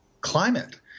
climate